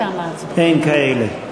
אין כאלה.